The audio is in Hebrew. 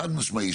חד משמעי,